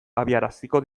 abiaraziko